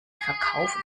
verkauf